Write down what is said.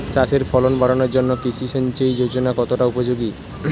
চাষের ফলন বাড়ানোর জন্য কৃষি সিঞ্চয়ী যোজনা কতটা উপযোগী?